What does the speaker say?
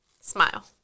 Smile